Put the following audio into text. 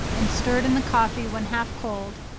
and stirred in the coffee when half cold,